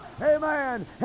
Amen